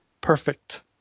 Perfect